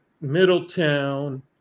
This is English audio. Middletown